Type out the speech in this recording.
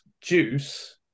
juice